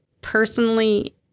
personally